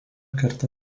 kartą